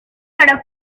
para